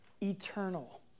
eternal